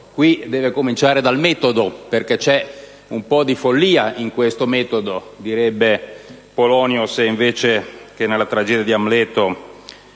forse cominciare dal metodo, perché c'è un po' di follia in questo metodo: così direbbe Polonio se invece che nella tragedia di Amleto